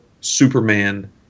Superman